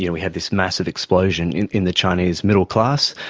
you know we had this massive explosion in in the chinese middle class.